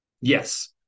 yes